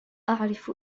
أعرف